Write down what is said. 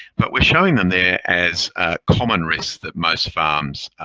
but we're showing them there as common risks that most farms